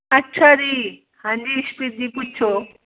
ਅੱਛਾ ਜੀ ਹਾਂਜੀ ਇਸ਼ਪ੍ਰੀਤ ਜੀ ਪੁੱਛੋ